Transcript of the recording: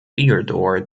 theodore